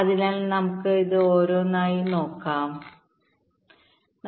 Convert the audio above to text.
അതിനാൽ നമുക്ക് ഇത് ഓരോന്നായി നോക്കാം ശരിയാണ്